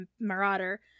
marauder